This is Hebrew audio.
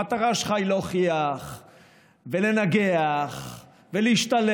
המטרה שלך היא להוכיח ולנגח ולהשתלח